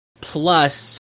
plus